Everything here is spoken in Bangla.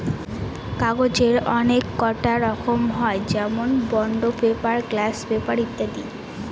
কাগজের অনেককটা রকম হয় যেমন বন্ড পেপার, গ্লাস পেপার ইত্যাদি